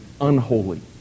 unholy